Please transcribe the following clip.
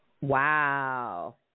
Wow